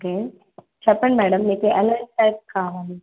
okay చెప్పండి madam మీకు ఎలాంటి టైప్ కావాలి